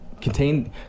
contain